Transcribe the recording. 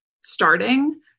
starting